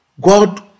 God